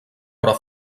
però